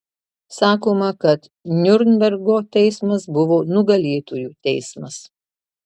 sakoma kad niurnbergo teismas buvo nugalėtojų teismas